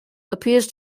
appears